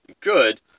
good